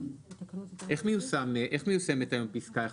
איך מיושמת היום פסקה 1?